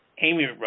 Amy